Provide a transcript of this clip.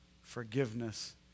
forgiveness